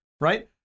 right